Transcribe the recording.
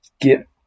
get